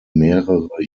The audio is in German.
mehrere